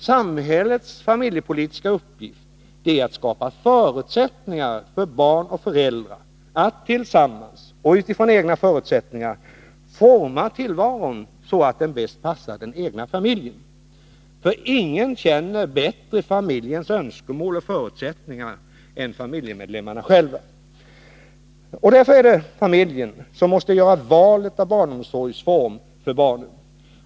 Samhällets familjepolitiska uppgift är att skapa förutsättningar för barn och föräldrar att tillsammans och utifrån egna förutsättningar forma tillvaron så att den bäst passar den egna familjen. Ingen känner bättre familjens önskemål och förutsättningar än familjemedlemmarna själva. Därför är det familjen som måste göra valet av omsorgsform för barnen.